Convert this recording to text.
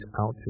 out